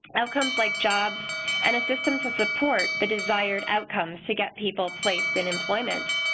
outcomes like jobs and a system to support the desired outcomes to get people placed in employment.